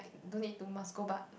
don't it do must go bark